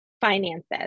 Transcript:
finances